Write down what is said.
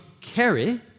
carry